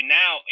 now